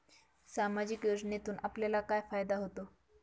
सामाजिक योजनेतून आपल्याला काय फायदा होतो?